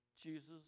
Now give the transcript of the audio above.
Jesus